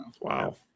Wow